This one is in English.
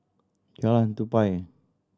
Jalan Tupai